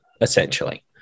essentially